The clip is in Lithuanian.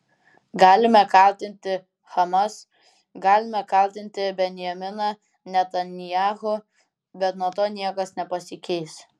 galime kaltinti hamas galime kaltinti benjaminą netanyahu bet nuo to niekas nepasikeis